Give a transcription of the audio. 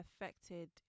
affected